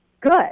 good